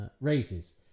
raises